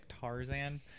Tarzan